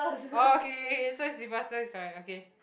orh K K K so is slipper is correct okay